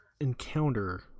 Encounter